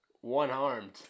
one-armed